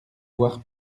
voir